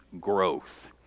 growth